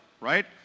right